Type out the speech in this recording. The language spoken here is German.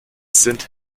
sind